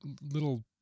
little